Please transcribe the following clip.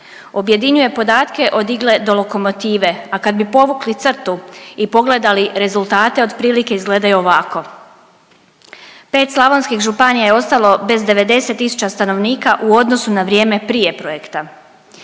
Objedinjuje podatke od igle do lokomotive, a kad bi povukli crtu i pogledali rezultate otprilike izgledaju ovako. Pet slavonskih županija je ostalo bez 90 tisuća stanovnika u odnosu na vrijeme prije projekta,